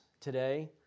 today